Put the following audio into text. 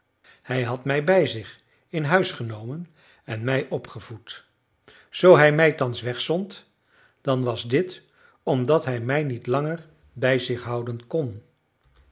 hij had mij bij zich in huis genomen en mij opgevoed zoo hij mij thans wegzond dan was dit omdat hij mij niet langer bij zich houden kon